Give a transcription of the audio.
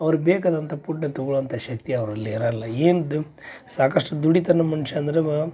ಅವ್ರಿಗೆ ಬೇಕಾದಂಥ ಪುಡ್ನ ತಗೊಳುವಂಥ ಶಕ್ತಿ ಅವ್ರಲ್ಲಿ ಇರಲ್ಲ ಏನಿದ್ದು ಸಾಕಷ್ಟು ದುಡಿತಾನ ಮನುಷ್ಯ ಅಂದ್ರ ಮ